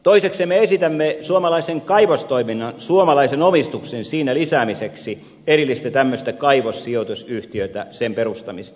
toisekseen me esitämme suomalaiseen kaivostoimintaan suomalaisen omistuksen siinä lisäämiseksi erillisen kaivossijoitusyhtiön perustamista